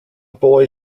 boy